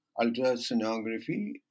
ultrasonography